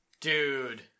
Dude